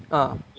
ah